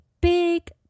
big